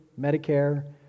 Medicare